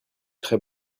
très